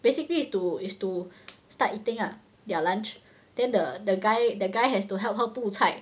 basically is to is to start eating lah their lunch then the the guy the guy has to help her 布菜